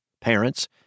parents